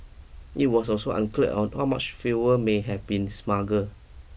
it was also unclear on how much fuel may have been smuggle